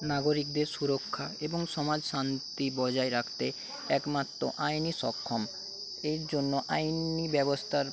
নাগরিকদের সুরক্ষা এবং সমাজ শান্তি বজায় রাখতে একমাত্র আইনই সক্ষম এর জন্য আইনি ব্যবস্থার